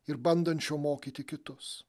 ir bandančio mokyti kitus